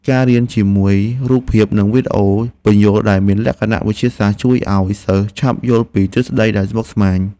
ការរៀនជាមួយរូបភាព និងវីដេអូពន្យល់ដែលមានលក្ខណៈវិទ្យាសាស្ត្រជួយឱ្យសិស្សឆាប់យល់ពីទ្រឹស្តីដែលស្មុគស្មាញ។